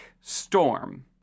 Storm